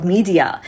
Media